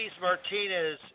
Martinez